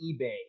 eBay